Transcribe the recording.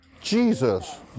Jesus